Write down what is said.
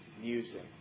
music